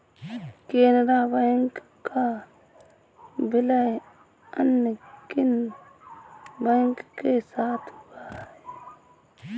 Canara bank का विलय अन्य किन बैंक के साथ हुआ है?